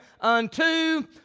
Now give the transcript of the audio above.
unto